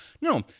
No